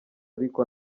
ariko